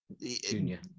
junior